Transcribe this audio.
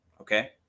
okay